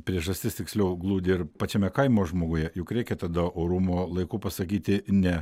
priežastis tiksliau glūdi ir pačiame kaimo žmoguje juk reikia tada orumo laiku pasakyti ne